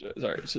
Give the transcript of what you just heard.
Sorry